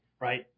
right